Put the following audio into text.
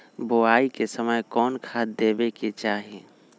बोआई के समय कौन खाद देवे के चाही?